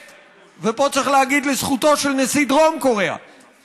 ופה צריך להגיד לזכותו של נשיא דרום קוריאה,